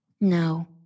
no